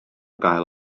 gael